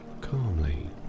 Calmly